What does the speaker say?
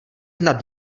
nad